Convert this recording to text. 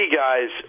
guys